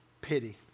pity